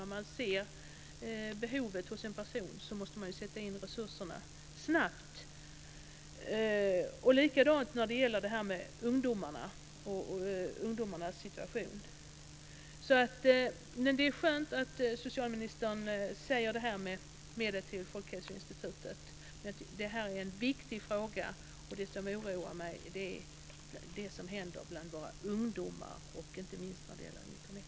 När man ser behov hos en person måste man ju sätta in resurserna snabbt. Det är likadant när det gäller ungdomarna och deras situation. Det är därför skönt att socialministern säger detta om medel till Folkhälsoinstitutet. Det här är en viktig fråga, och det som oroar mig är vad som händer bland våra ungdomar, inte minst när det gäller